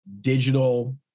digital